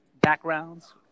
backgrounds